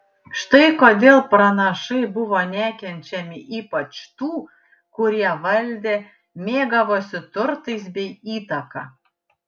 štai kodėl pranašai buvo nekenčiami ypač tų kurie valdė mėgavosi turtais bei įtaka